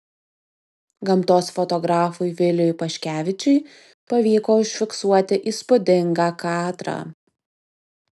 gamtos fotografui viliui paškevičiui pavyko užfiksuoti įspūdingą kadrą